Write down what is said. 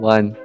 One